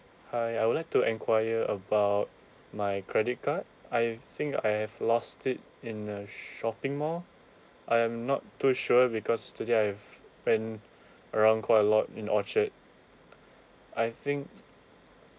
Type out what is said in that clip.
hi I would like to enquire about my credit card I think I have lost it in a shopping mall I'm not too sure because today I've ran around quite a lot in orchard I think